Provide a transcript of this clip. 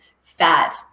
fat